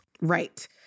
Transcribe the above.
right